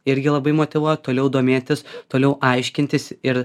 irgi labai motyvuot toliau domėtis toliau aiškintis ir